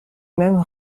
même